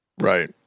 Right